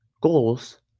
goals